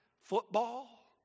football